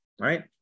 right